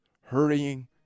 hurrying